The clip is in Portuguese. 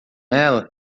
ela